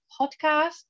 Podcast